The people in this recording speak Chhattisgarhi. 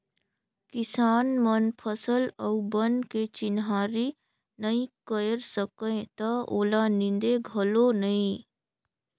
किसान मन फसल अउ बन के चिन्हारी नई कयर सकय त ओला नींदे घलो नई